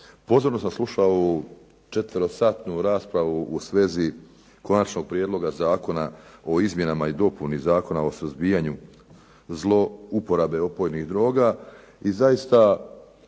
pozorno sam slušao ovu 4-satnu raspravu u svezi konačnog prijedloga Zakona o izmjenama i dopuni Zakona o suzbijanju zlouporabe opojnih droga i zaista